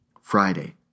Friday